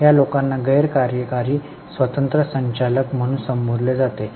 या लोकांना गैर कार्यकारी स्वतंत्र संचालक म्हणून संबोधले जाते